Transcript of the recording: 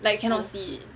like you cannot see it